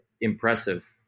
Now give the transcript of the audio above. impressive